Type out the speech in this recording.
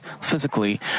Physically